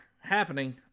happening